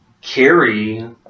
carry